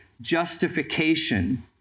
justification